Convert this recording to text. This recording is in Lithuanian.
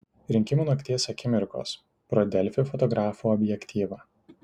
rinkimų nakties akimirkos pro delfi fotografų objektyvą